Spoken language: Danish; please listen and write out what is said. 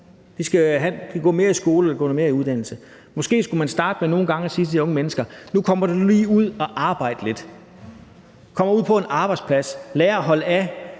de skal gå mere i skole og få noget mere uddannelse. Måske skulle man starte med nogle gange at sige til de unge mennesker: Nu kommer du lige ud at arbejde lidt, kommer ud på en arbejdsplads og lærer at holde af